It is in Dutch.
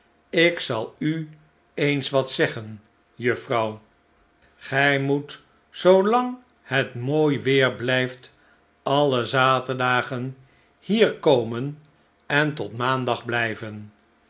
ik zal u eens wat zeggen juffrouw gij louisa daalt al verder en verdee de trap ap moet zoolang het mooi weer blijft alle zaterdagen hier koraen en tot maandag blijven